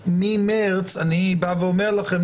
ממרס אני בא ואומר לכם,